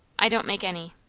i don't make any,